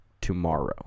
tomorrow